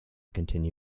continue